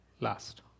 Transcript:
last